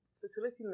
facility